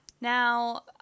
Now